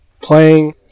playing